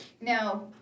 Now